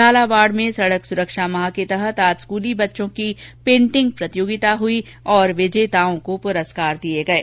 झालावाड़ में सड़क सुरक्षा माह के तहत आज स्कूली बच्चों की पेंटिंग प्रतियोगिता हुई और विजेताओं को पुरस्कार दिये गये